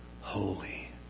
holy